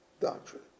Doctrine